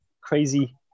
crazy